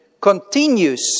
continues